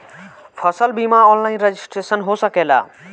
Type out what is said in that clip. फसल बिमा online registration हो सकेला?